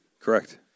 Correct